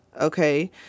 Okay